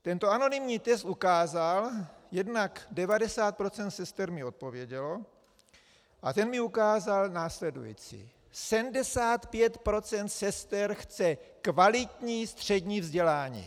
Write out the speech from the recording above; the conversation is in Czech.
Tento anonymní test ukázal, jednak 90 % sester mi odpovědělo, a ten mi ukázal následující: 75 % sester chce kvalitní střední vzdělání.